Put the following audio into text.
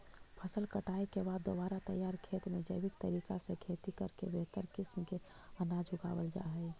फसल कटाई के बाद दोबारा तैयार खेत में जैविक तरीका से खेती करके बेहतर किस्म के अनाज उगावल जा हइ